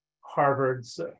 Harvard's